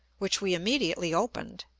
which we immediately opened,